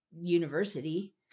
university